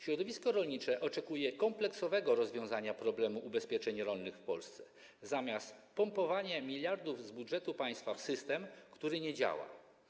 Środowisko rolnicze oczekuje kompleksowego rozwiązania problemu ubezpieczeń rolnych w Polsce zamiast pompowania miliardów z budżetu państwa w system, który nie działa.